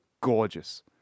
gorgeous